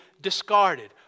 discarded